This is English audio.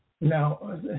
Now